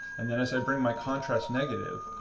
and then, as i bring my contrast negative,